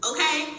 Okay